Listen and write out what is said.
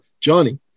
Johnny